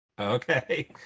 Okay